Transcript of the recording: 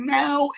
now